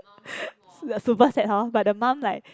like super sad hor but the mum like